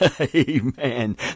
Amen